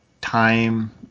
time